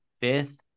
fifth